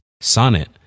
Sonnet